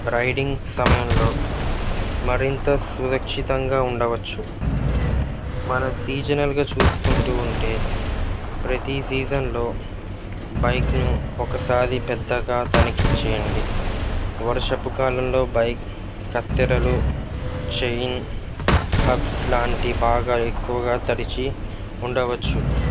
riding సమయంలో మరింత సురక్షితంగా ఉండవచ్చు మన సీజనల్గా చూసుకుంటూ ఉంటే ప్రతీ సీజన్లో బైక్ను ఒకసారి పెద్దగా తనిఖీ చేయండి వర్షపు కాలంలో బైక్ కత్తెరలు చైన్ హబ్స్లాంటి బాగా ఎక్కువగా తడిచి ఉండవచ్చు